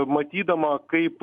matydama kaip